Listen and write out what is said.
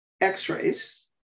x-rays